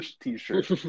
t-shirt